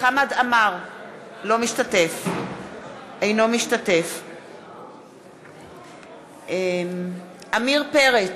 אינו משתתף בהצבעה עמיר פרץ,